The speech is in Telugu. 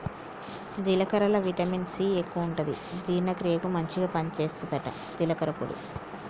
జీలకర్రల విటమిన్ సి ఎక్కువుంటది జీర్ణ క్రియకు మంచిగ పని చేస్తదట జీలకర్ర పొడి